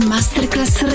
Masterclass